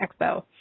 Expo